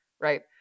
right